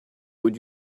would